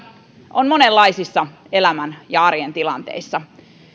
on monenlaisissa elämän ja arjen tilanteissa